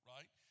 Right